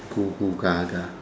googoogaga